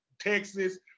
Texas